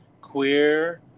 queer